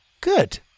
Good